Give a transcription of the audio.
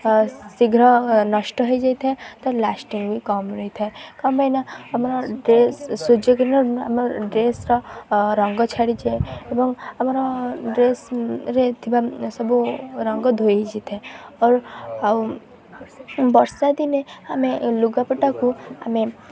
ଶୀଘ୍ର ନଷ୍ଟ ହେଇଯାଇଥାଏ ତା'ର ଲାଷ୍ଟିଂ ବି କମ୍ ରହିଥାଏ କଁ ପାଇଁ ନା ଆମର ଡ୍ରେସ୍ ସୂର୍ଯ୍ୟ ଆମ ଡ୍ରେସ୍ର ରଙ୍ଗ ଛାଡ଼ିଯାଏ ଏବଂ ଆମର ଡ୍ରେସ୍ରେ ଥିବା ସବୁ ରଙ୍ଗ ଧୋଇ ହେଇଯାଇଥାଏ ଆଉ ଆଉ ବର୍ଷା ଦିନେ ଆମେ ଲୁଗାପଟାକୁ ଆମେ